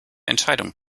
entscheidung